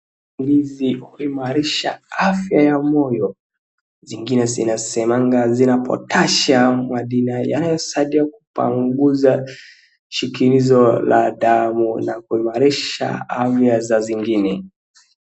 Ndizi huimarisha afya ya moyo. Zingine zinasemanga zina potassium inayosaidia kupanguza shinikizo la damu na kuimarisha afya saa zingine.